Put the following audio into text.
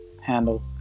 handle